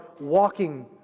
walking